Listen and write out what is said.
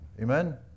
Amen